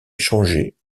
échangé